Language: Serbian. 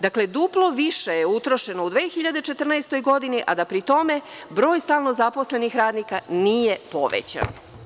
Dakle, duplo više je utrošeno u 2014. godini, a da pri tome broj stalno zaposlenih radnika nije povećan.